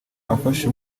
afashe